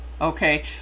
Okay